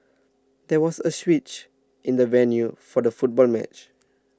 there was a switch in the venue for the football match